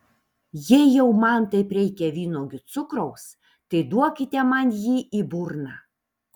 jei jau man taip reikia vynuogių cukraus tai duokite man jį į burną